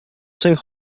cinq